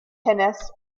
tennis